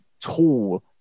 tall